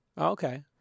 Okay